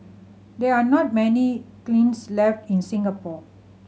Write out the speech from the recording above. there are not many kilns left in Singapore